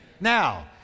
Now